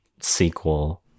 sequel